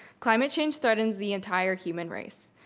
climate change threatens the entire human race.